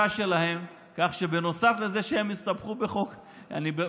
שלהם בכך שנוסף לזה שהם הסתבכו בחובות,